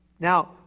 Now